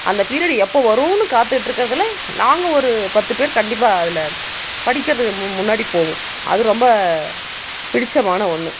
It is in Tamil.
அந்த பீரிடு எப்போ வருமென்னு காத்துகிட்டு இருக்கறதுல நாங்கள் ஒரு பத்து பேர் கண்டிப்பாக அதில் படிக்கிறது முன்னாடி போவோம் அது ரொம்ப பிடித்தமான ஒன்று